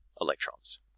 electrons